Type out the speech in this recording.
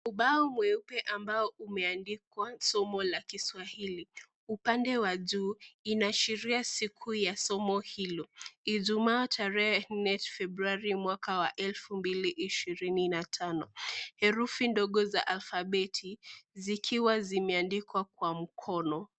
Ubao mweupe ambao umeandikwa somo la kiswahili, upande wa juu inaashiria siku ya somo hilo, ijumaa tarehe nne februari, mwaka elfu mbili ishirini na tano, herufi ndogo za alfabeti zikiwa zimeandikwa kwa mkono.